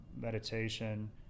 meditation